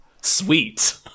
Sweet